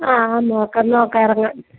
ആ ആ നോക്കാം നോക്കാം ഇറങ്ങാം